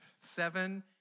seven